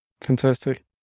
Fantastic